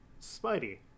Spidey